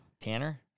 Tanner